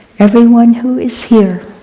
everyone who is here,